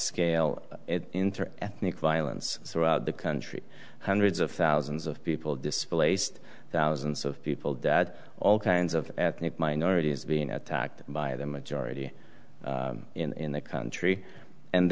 interethnic violence throughout the country hundreds of thousands of people displaced thousands of people that all kinds of ethnic minorities being attacked by the majority in the country and